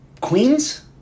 Queens